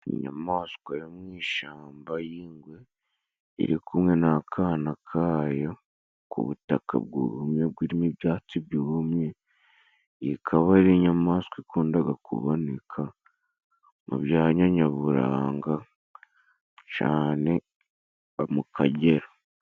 Inyamaswa yo mu ishyamba y'ingwe, iri kumwe n'akana kayo ku butaka bwumye burimo ibyatsi byumye, ikaba ari inyamaswa ikundaga kuboneka mu byanya nyaburanga cane mu Akagera.